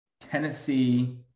Tennessee